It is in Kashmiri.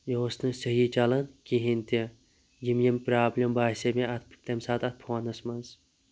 یہِ اوس نہٕ صحٔی چَلان کِہیٖنٛۍ تہِ یِم یِم پرٛابلِم باسے مےٚ اَتھ تَمہِ ساتہٕ اَتھ فونَس منٛز